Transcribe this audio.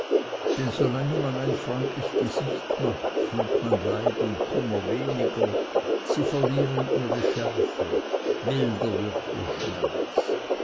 denn solange man ein freundlich gesicht macht fühlt man leid und kummer weniger sie verlieren ihre schärfe milder wird ihr schmerz